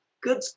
good